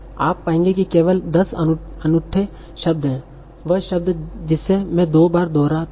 आप पाएंगे कि केवल 10 अनूठे शब्द हैं वह शब्द जिसे मैं दो बार दोहराता हूं